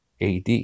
AD